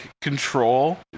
control